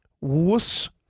Wuss